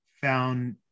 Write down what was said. found